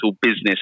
business